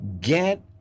get